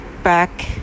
Back